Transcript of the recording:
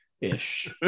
Ish